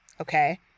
okay